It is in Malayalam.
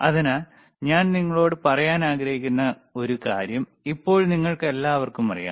അതിനാൽ ഞാൻ നിങ്ങളോട് പറയാൻ ആഗ്രഹിക്കുന്ന ഒരു കാര്യം ഇപ്പോൾ നിങ്ങൾക്കെല്ലാവർക്കും അറിയാം